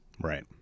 Right